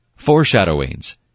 Foreshadowings